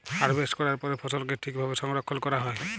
harvest ক্যরার পরে ফসলকে ঠিক ভাবে সংরক্ষল ক্যরা হ্যয়